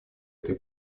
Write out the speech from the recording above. этой